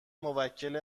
موکل